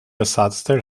ersatzteil